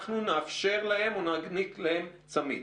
אנחנו נאפשר להם או נעניק להם צמיד.